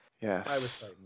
Yes